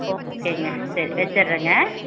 ஓகேங்க சரி வெச்சுறேங்க